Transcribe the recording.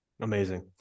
amazing